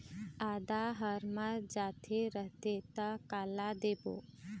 आदा हर मर जाथे रथे त काला देबो?